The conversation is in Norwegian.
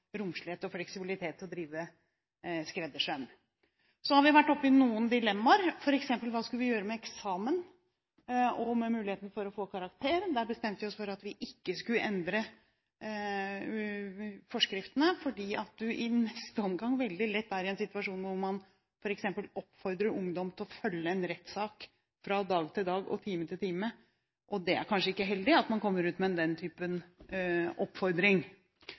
romslighet og fleksibilitet til å drive skreddersøm. Så har vi vært oppe i noen dilemmaer, f.eks.: Hva skulle vi gjøre med eksamen og muligheten for å få karakterer? Der bestemte vi oss for at vi ikke skulle endre forskriftene, fordi man i neste omgang veldig lett er i en situasjon hvor man f.eks. oppfordrer ungdom til å følge en rettssak fra dag til dag og time til time, og det er kanskje ikke heldig at man kommer ut med den typen oppfordring.